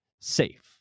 safe